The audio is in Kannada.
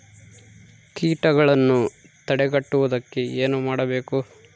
ಕೇಟಗಳನ್ನು ತಡೆಗಟ್ಟುವುದಕ್ಕೆ ಏನು ಮಾಡಬೇಕು?